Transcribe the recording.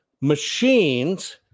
machines